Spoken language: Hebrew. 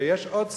ויש עוד סיבה.